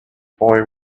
boy